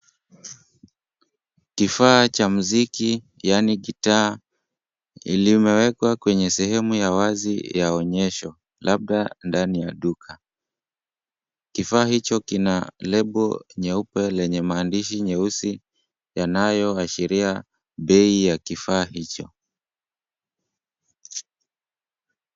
Kifaa cha muziki yaani gitaa iliyo imewekwa kwenye sehemu ya wazi ya onyesho labda ndani ya duka. Kifaa hicho kina lebo nyeupe lenye maandishi nyeusi yanayoashiria bei ya kifaa hicho.